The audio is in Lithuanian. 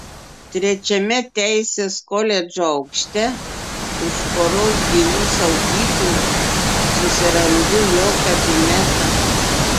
trečiame teisės koledžo aukšte už poros bylų saugyklų susirandu jo kabinetą